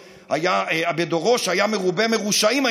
שהיה מרובה מרושעים,